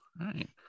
right